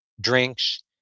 drinks